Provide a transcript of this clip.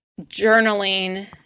journaling